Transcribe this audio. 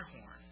horn